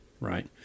right